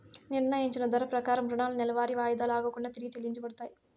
నిర్ణయించిన ధర ప్రకారం రుణాలు నెలవారీ వాయిదాలు ఆగకుండా తిరిగి చెల్లించబడతాయి